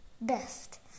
Best